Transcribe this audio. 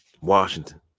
Washington